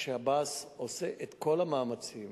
השב"ס עושה את כל המאמצים